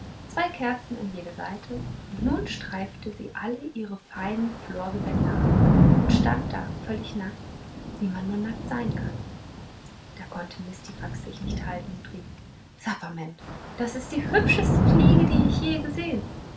zwei kerzen an jede seite und nun streifte sie alle ihre seinen florgewänder ab und stand da völlig so nackt wie man nur nackt sein kann da konnte mistifax sich nicht halten und rief sapperment das ist die hübscheste fliege die ich je gesehen